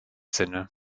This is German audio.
sinne